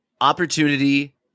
opportunity